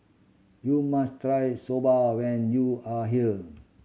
you must try Soba when you are here